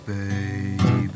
baby